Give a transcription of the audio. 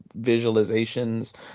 visualizations